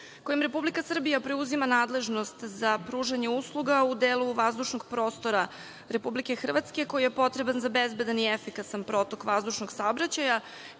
kojim Republika Srbija preuzima nadležnost za pružanje usluga u delu vazdušnog prostora Republike Hrvatske koji je potreban za bezbedan i efikasan protok vazdušnog saobraćaja.